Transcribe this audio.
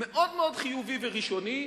מאוד מאוד חיובי וראשוני,